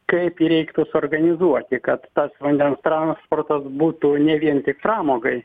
kaip jį reiktų suorganizuoti kad tas vandens transportas būtų ne vien tik pramogai